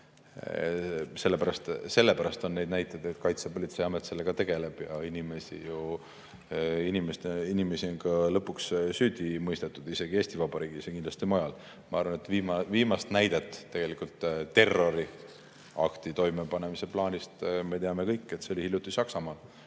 Sellepärast on neid näiteid, et Kaitsepolitseiamet sellega tegeleb. Ja inimesi ju on ka lõpuks süüdi mõistetud, isegi Eesti Vabariigis ja päris kindlasti mujal. Ma arvan, et viimast näidet tegeliku terroriakti toimepanemise plaanist me teame kõik. See oli hiljuti Saksamaal,